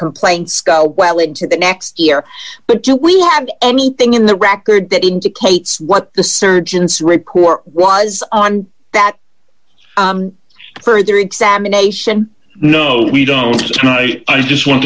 complaint skull well into the next year but do we have anything in the record that indicates what the surgeons record was on that further examination no we don't tonight i just wanted